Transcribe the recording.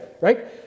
right